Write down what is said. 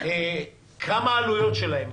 כמה העלויות שלהם,